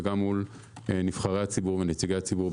וגם מול נבחרי הציבור ונציגי הציבור,